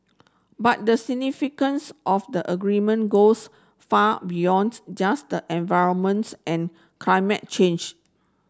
but the significance of the agreement goes far beyond just environment's and climate change